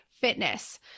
fitness